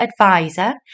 advisor